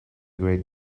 great